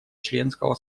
членского